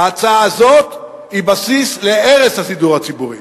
ואילו ההצעה הזאת היא בסיס להרס השידור הציבורי.